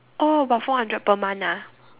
oh about four hundred per month ah